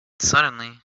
suddenly